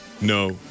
No